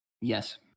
Yes